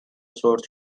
source